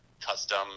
custom